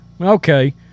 Okay